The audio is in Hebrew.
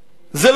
זה לא ארצם,